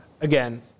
again